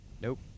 Nope